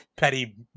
Petty